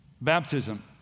baptism